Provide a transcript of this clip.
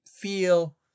feel